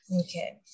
Okay